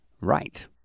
Right